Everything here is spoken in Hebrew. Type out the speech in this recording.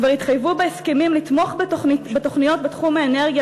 כבר התחייבו בהסכמים לתמוך בתוכניות בתחום האנרגיה